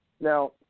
Now